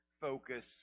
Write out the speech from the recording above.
focus